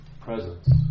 presence